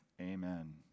amen